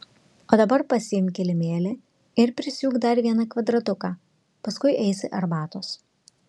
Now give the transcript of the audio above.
o dabar pasiimk kilimėlį ir prisiūk dar vieną kvadratuką paskui eisi arbatos